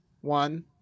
one